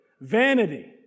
vanity